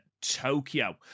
Tokyo